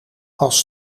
als